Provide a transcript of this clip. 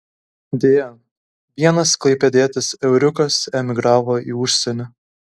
deja vienas klaipėdietis euriukas emigravo į užsienį